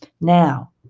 now